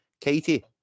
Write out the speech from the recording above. Katie